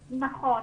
נכון.